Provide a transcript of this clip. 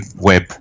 web